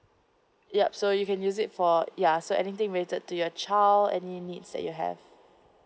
yup so you can use it for ya so anything related to your child any needs that you have